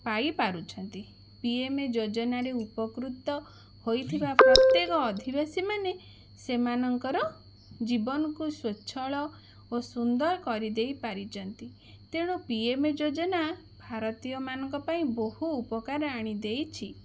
ପାଇ ପାରୁଛନ୍ତି P M ଯୋଜନାରେ ଉପକୃତ ହୋଇ ଥିବା ପ୍ରତ୍ୟେକ ଅଧିବାସୀମାନେ ସେମାନଙ୍କର ଜୀବନକୁ ସ୍ୱଚ୍ଛଳ ଓ ସୁନ୍ଦର କରିଦେଇ ପାରିଛନ୍ତି ତେଣୁ ପି ଏମ ଯୋଜନା ଭାରତୀୟ ମାନଙ୍କ ପାଇଁ ବହୁ ଉପକାର ଆଣିଦେଇଛି